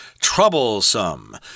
Troublesome